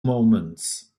moments